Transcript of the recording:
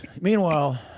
Meanwhile